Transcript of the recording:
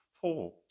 four